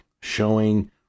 showing